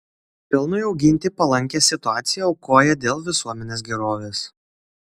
pelnui auginti palankią situaciją aukoja dėl visuomenės gerovės